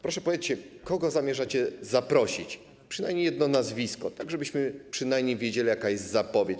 Proszę powiedzcie, kogo zamierzacie zaprosić, przynajmniej jedno nazwisko, tak żebyśmy przynajmniej wiedzieli, jaka jest zapowiedź.